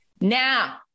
Now